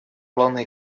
волны